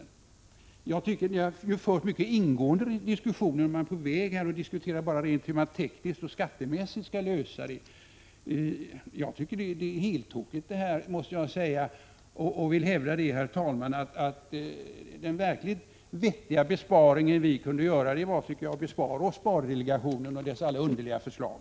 Ni har i finansdepartementet fört en mycket ingående diskussion, och man är nu på väg att diskutera hur man rent tekniskt och skattemässigt skall lösa detta. Det är helt tokigt. Jag vill hävda, herr talman, att den verkligt vettiga besparing vi kunde göra vore att bespara oss spardelegationen och dess alla underliga förslag.